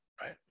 right